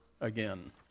again